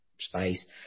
space